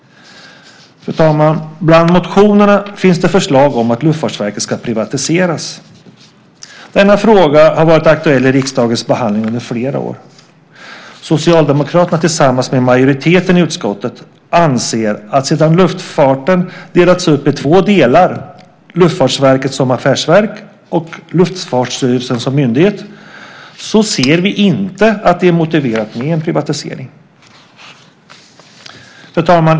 Fru talman! Bland motionerna finns det förslag om att Luftfartsverket ska privatiseras. Denna fråga har varit aktuell i riksdagens behandling under flera år. Socialdemokraterna tillsammans med majoriteten i utskottet anser att sedan luftfarten delats upp i två delar - Luftfartsverket som affärsverk och Luftfartsstyrelsen som myndighet - ser vi inte att det är motiverat med en privatisering. Fru talman!